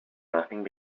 nothing